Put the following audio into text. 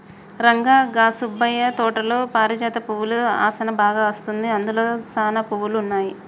రంగా గా సుబ్బయ్య తోటలో పారిజాత పువ్వుల ఆసనా బాగా అస్తుంది, అందులో సానా పువ్వులు ఉన్నాయి